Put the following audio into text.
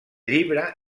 llibre